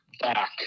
back